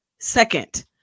Second